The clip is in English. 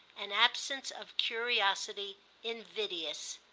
an absence of curiosity invidious.